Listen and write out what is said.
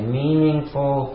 meaningful